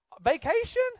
vacation